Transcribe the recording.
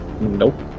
Nope